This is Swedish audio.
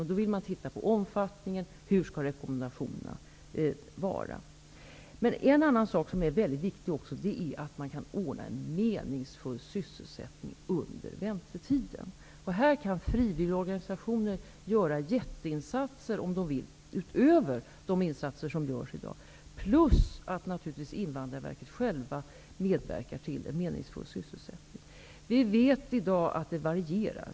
Man vill då se på omfattningen och hur rekommendationerna skall utformas. En annan sak som också är viktig är att man kan ordna en meningsfull sysselsättning under väntetiden. I detta sammanhang kan frivilligorganisationer göra jätteinsatser, utöver de insatser som görs i dag, plus att man från Invandrarverkets sida kan medverka till en meningsfull sysselsättning. Vi vet i dag att det varierar.